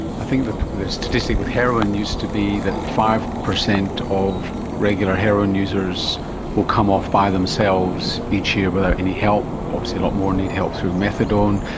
i think the statistic with heroin used to be that five percent of regular heroin users will come off by themselves each year without any help. obviously a lot more need help through methadone.